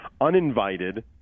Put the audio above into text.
uninvited